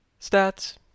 Stats